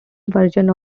version